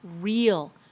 real